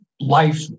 Life